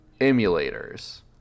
emulators